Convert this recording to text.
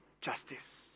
justice